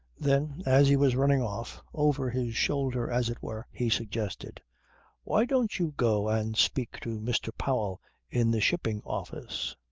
then as he was running off, over his shoulder as it were, he suggested why don't you go and speak to mr. powell in the shipping office.